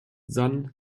san